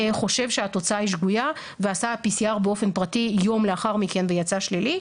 חושב שהתוצאה שגויה ועשה PCR באופן פרטי יום לאחר מכן ויצא שלישי,